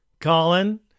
Colin